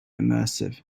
immersive